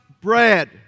bread